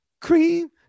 Cream